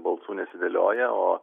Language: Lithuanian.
balsų nesidėlioja o